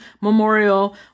memorial